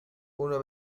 اونو